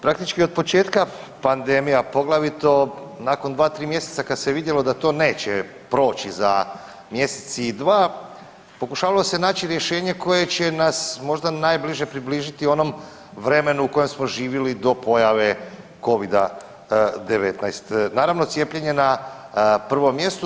Praktički od početka pandemije, a poglavito nakon 2.3 mjeseca kad se vidjelo da to neće proći za mjesec i dva pokušavalo se naći rješenje koje će nas možda najbliže približiti onom vremenu u kojem smo živjeli do pojave Covida-19, naravno cijepljene na prvom mjestu.